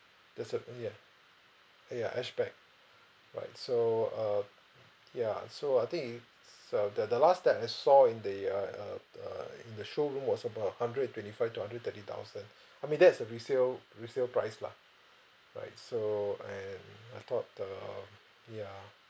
there's mm ya ya hatchback right so uh ya so I think it's a the the last that I saw in the uh uh uh in the showroom was about a hundred and twenty five to a hundred and thirty thousand I mean that's a resale resale price lah right so and I thought err ya